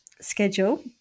schedule